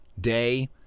day